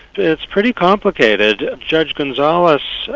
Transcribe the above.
it's pretty complicated. judge gonzales,